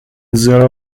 the